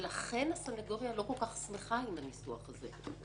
ולכן הסניגוריה לא כל כך שמחה עם הניסוח הזה.